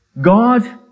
God